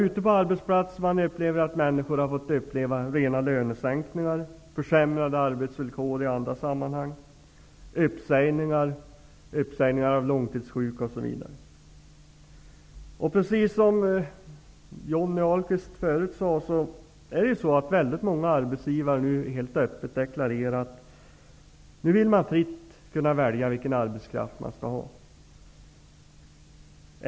Ute på arbetsplatserna får man höra att många människor har fått rena lönesänkningar och försämrade arbetsvillkor, att det skett uppsägningar av långtidssjuka osv. Det är så, precis som Johnny Ahlqvist sade, att många arbetsgivare nu helt öppet deklarerar att de fritt vill kunna välja vilken arbetskraft de skall ha.